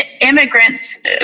immigrants